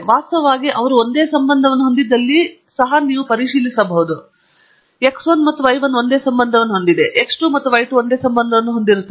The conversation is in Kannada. ವಾಸ್ತವವಾಗಿ ಅವರು ಒಂದೇ ಸಂಬಂಧವನ್ನು ಹೊಂದಿದ್ದಲ್ಲಿ ಸಹ ನೀವು ಪರಿಶೀಲಿಸಬಹುದು ಅದು x 1 ಮತ್ತು y 1 ಒಂದೇ ಸಂಬಂಧವನ್ನು ಹೊಂದಿವೆ x 2 ಮತ್ತು y 2 ಒಂದೇ ಸಂಬಂಧವನ್ನು ಹೊಂದಿರುತ್ತವೆ